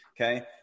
Okay